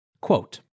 Quote